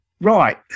right